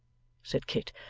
said kit,